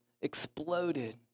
exploded